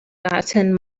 gotten